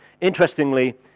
Interestingly